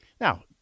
Now